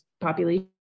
population